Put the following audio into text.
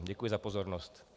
Děkuji za pozornost.